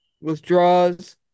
withdraws